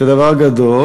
זה דבר גדול.